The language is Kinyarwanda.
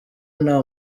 nta